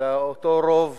לאותו רוב